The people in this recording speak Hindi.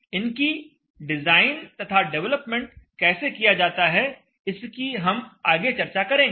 इनकी डिजाइन तथा डेवलपमेंट कैसे किया जाता है इसकी हम आगे चर्चा करेंगे